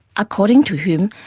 according to hume,